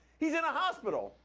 he's in a hospital.